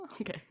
okay